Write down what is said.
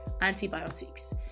antibiotics